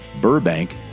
Burbank